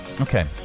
Okay